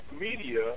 media